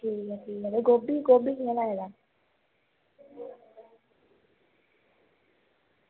ठीक ऐ ठीक ऐ ते गोभी गोभी कियां लाए दा